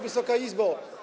Wysoka Izbo!